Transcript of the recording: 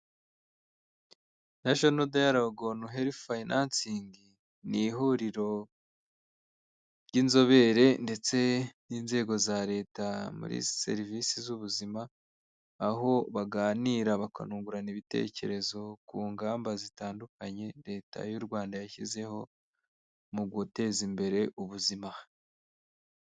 Nashono dayaloge onu herifu fayinansingi ni ihuriro ry'inzobere ndetse n'inzego za Leta muri serivisi z'ubuzima, aho baganira bakanungurana ibitekerezo ku ngamba zitandukanye Leta y'u Rwanda yashyizeho mu guteza imbere ubuzima.